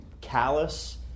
callous